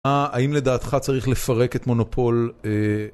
האם לדעתך צריך לפרק את מונופול אה..?